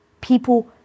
people